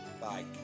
Bye